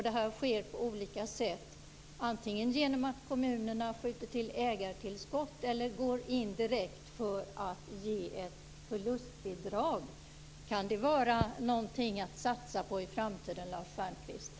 Det sker på olika sätt, antingen genom att kommunerna skjuter till ägartillskott eller går in direkt för att ge ett förlustbidrag. Kan det vara någonting att satsa på i framtiden, Lars Stjernkvist?